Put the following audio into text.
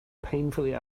painfully